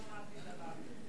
לא אמרתי דבר כזה.